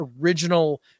original